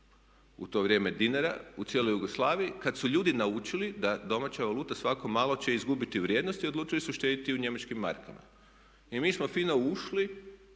u to vrijeme dinara u cijeloj Jugoslaviji, kad su ljudi naučili da domaća valuta svako malo će izgubiti vrijednost i odlučili su štedjeti u njemačkim markama. I mi smo fino ušli